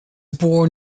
born